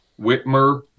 Whitmer